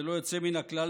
ללא יוצא מן הכלל,